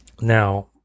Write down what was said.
Now